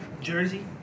Jersey